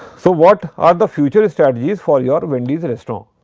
so, what are the future strategies for your wendy's restaurant?